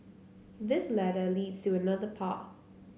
this ladder leads to another path